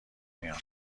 میان